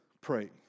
pray